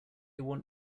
want